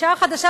האשה החדשה,